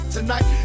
tonight